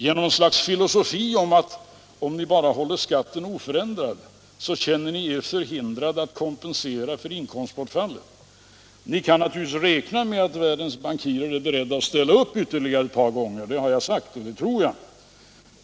Det är något slags filosofi att om ni bara indexreglerar skatten så känner ni er förhindrade att kompensera inkomstbortfallet. Ni kan naturligtvis räkna med att världens bankirer är beredda att ställa upp ytterligare ett par gånger, det har jag sagt och det tror jag.